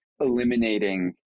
eliminating